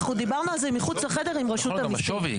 דיברנו על זה מחוץ לחדר עם רשות המיסים.